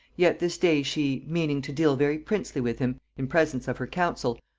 yet this day she, meaning to deal very princely with him, in presence of her council,